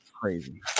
Crazy